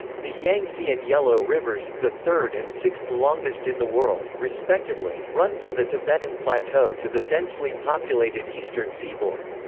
the yangtze and yellow rivers, the third and sixth-longest in the world, respectively, run from the tibetan plateau to the densely populated eastern seaboard.